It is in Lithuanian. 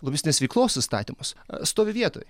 lobistinės veiklos įstatymuose stovi vietoje